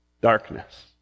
darkness